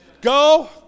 go